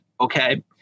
okay